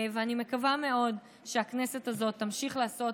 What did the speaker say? אני מקווה מאוד שהכנסת הזאת תמשיך לעשות